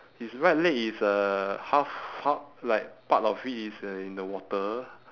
his right leg is uh half half like part of it is uh in the water